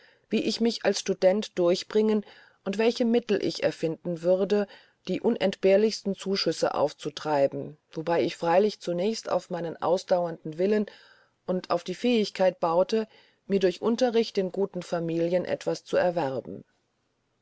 wie ich mich als student durchbringen und welche mittel ich erfinden würde die unentbehrlichsten zuschüsse aufzutreiben wobei ich freilich zunächst auf meinen ausdauernden willen und auf die fähigkeit baute mir durch unterricht in guten familien etwas zu erwerben